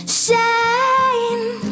shine